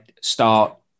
start